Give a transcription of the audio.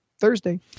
Thursday